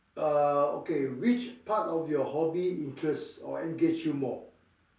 uh okay which part of your hobby interest or engage you more